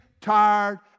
tired